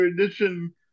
Edition